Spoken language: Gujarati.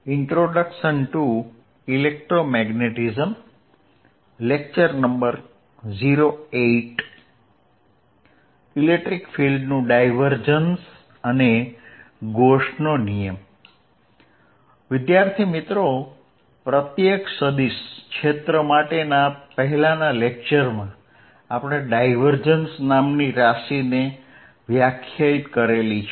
ઈલેક્ટ્રીક ફિલ્ડનું ડાયવર્જન્સ અને ગોસનો નિયમ પ્રત્યેક સદીશ ક્ષેત્ર માટેના પહેલાના લેક્ચરમાં આપણે ડાયવર્જન્સ નામની રાશિને વ્યાખ્યાયિત કરેલી છે